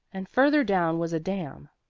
and further down was a dam.